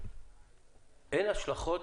אין השלכות